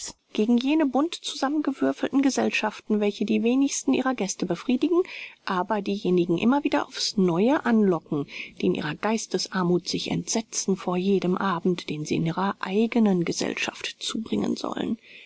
gegen jene bunt zusammengewürfelten gesellschaften welche die wenigsten ihrer gäste befriedigen aber diejenigen immer wieder auf's neue anlocken die in ihrer geistesarmuth sich entsetzen vor jedem abend den sie in ihrer eigenen gesellschaft zubringen sollen